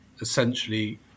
essentially